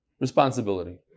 responsibility